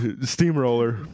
Steamroller